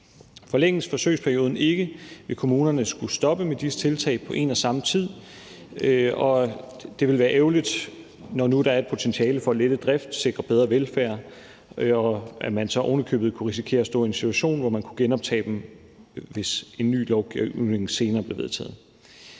Forlænges forsøgsperioden ikke, vil kommunerne skulle stoppe med disse tiltag på en og samme tid, og det ville være ærgerligt, når nu der er et potentiale for at lette driften og sikre bedre velfærd, og når man så ovenikøbet kunne risikere at stå i en situation, hvor man kunne genoptage dem, hvis en ny lovgivning blev vedtaget